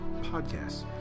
Podcasts